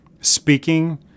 speaking